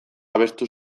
abestu